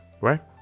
right